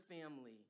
family